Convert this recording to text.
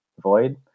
void